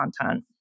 content